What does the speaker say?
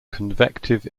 convective